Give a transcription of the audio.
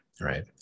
right